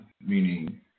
meaning